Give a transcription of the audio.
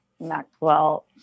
Maxwell